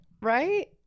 right